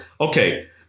Okay